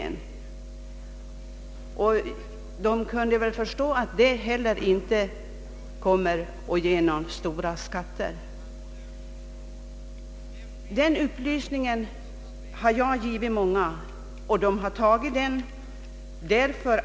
En sådan inkomst ger inte heller, såsom vederbörande måste förstå, några större skatteintäkter. Jag har lämnat denna upplysning till många personer och de har följt mitt råd.